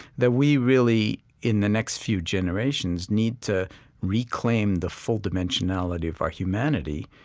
that we really in the next few generations need to reclaim the full dimensionality of our humanity.